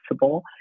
possible